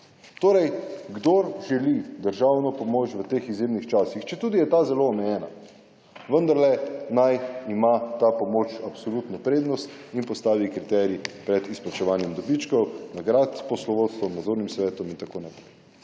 Torej, kdor želi državno pomoč v teh izrednih časih, četudi je ta zelo omejena, vendarle naj ima ta pomoč absolutno prednost in postavi kriterij pred izplačevanjem dobičkov, nagrad poslovodstvom, nadzornim svetom in tako naprej.